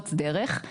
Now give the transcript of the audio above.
לפרוץ דרך,